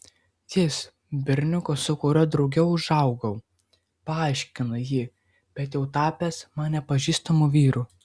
jis berniukas su kuriuo drauge užaugau paaiškina ji bet jau tapęs man nepažįstamu vyru